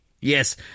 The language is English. Yes